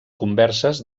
converses